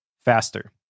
faster